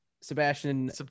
Sebastian